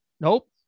Nope